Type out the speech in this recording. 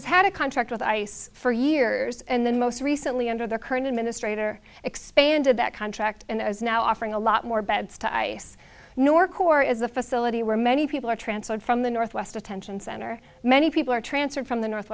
he's had a contract with ice for years and then most recently under their current administrator expanded that contract and is now offering a lot more beds to ice nor core is a facility where many people are transferred from the northwest detention center many people are transferred from the north